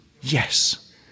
yes